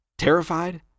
terrified